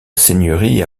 seigneurie